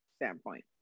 Standpoint